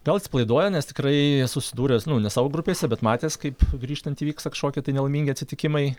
gal atsipalaiduoja nes tikrai esu sudūręs ne savo grupėse bet matęs kaip grįžtant įvyksta kažkokie tai nelaimingi atsitikimai